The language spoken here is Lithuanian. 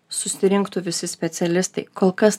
susirinktų visi specialistai kol kas